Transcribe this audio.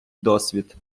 досвід